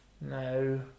No